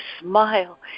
smile